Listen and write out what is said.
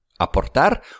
Aportar